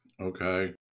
okay